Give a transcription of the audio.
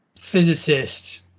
physicist